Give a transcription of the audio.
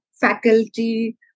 faculty